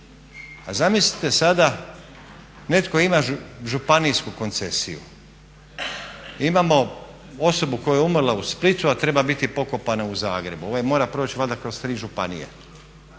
A zamislite sada netko ima županijsku koncesiju, imamo osobu koja je umrla u Splitu a treba biti pokopana u Zagrebu, ovaj mora proći valjda kroz tri županije,